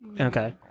Okay